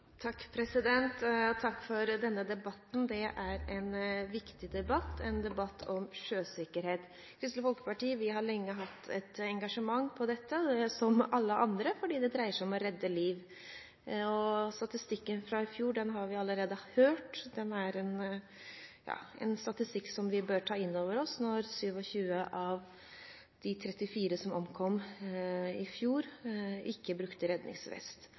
Takk for denne debatten. Det er en viktig debatt – en debatt om sjøsikkerhet. Kristelig Folkeparti har lenge hatt et engasjement når det gjelder dette, som alle andre, fordi det dreier seg om å redde liv. Statistikken fra i fjor har vi allerede hørt om. Den er en statistikk vi bør ta inn over oss når 27 av de 34 som omkom i fjor, ikke brukte redningsvest.